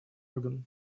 орган